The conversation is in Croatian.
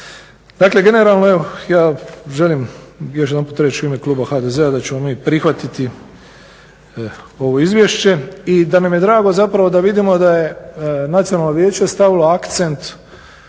Dakle, generalno evo je želim još jedanput reći u ime kluba HDZ-a da ćemo mi prihvatiti ovo izvješće. I da nam je drago zapravo da vidimo da je Nacionalno vijeće stavilo akcent